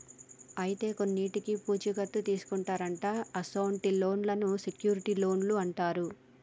అయితే కొన్నింటికి పూచీ కత్తు తీసుకుంటారట అసొంటి లోన్లను సెక్యూర్ట్ లోన్లు అంటారు